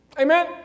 Amen